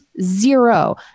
zero